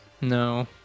No